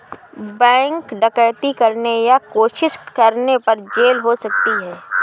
bank डकैती करने या कोशिश करने पर जेल हो सकती है